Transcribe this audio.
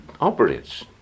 operates